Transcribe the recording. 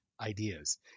ideas